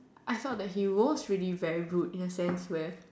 I felt that he was really very rude in a sense where